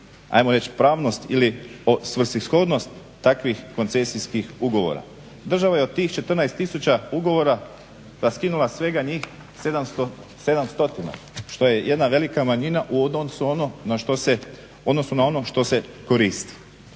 ajmo reći pravnost ili svrsishodnost takvih koncesijskih ugovora. Država je od tih 14 tisuća ugovora raskinula svega njih 700 što je jedna velika manjina u odnosu na ono što se koristi.